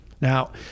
Now